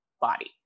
body